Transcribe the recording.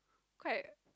quite